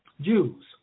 Jews